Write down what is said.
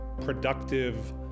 productive